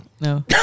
no